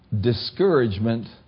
Discouragement